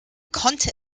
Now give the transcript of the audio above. konnte